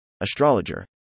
astrologer